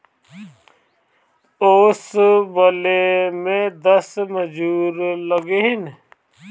ओसवले में दस मजूर लगिहन